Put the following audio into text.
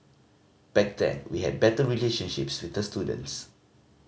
back then we had better relationships with the students